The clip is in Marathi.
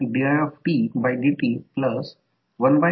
तर ते चिन्ह असेल आणि जर ते असेल तर ते चिन्ह असेल